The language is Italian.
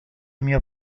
mio